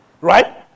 right